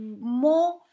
more